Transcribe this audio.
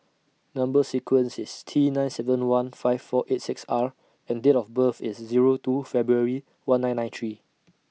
Number sequence IS T nine seven one five four eight six R and Date of birth IS Zero two February one nine nine three